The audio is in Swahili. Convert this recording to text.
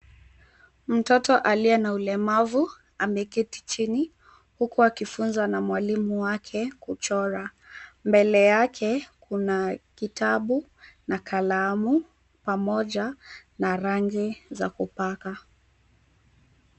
Mtoto aliye na ulemavu ameketi chini huku akifunza na mwalimu wake kuchra, mbele yake kuna kitabu na kalamu pamoja na rangi za kupaka.